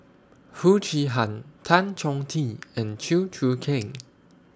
Foo Chee Han Tan Chong Tee and Chew Choo Keng